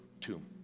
tomb